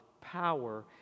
power